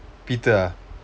peter ah